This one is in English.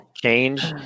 Change